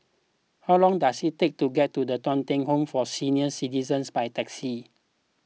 how long does it take to get to Thong Teck Home for Senior Citizens by taxi